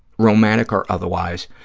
romantic or otherwise,